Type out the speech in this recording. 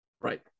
Right